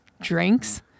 drinks